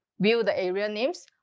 view the area names,